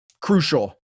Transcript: crucial